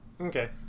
Okay